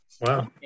wow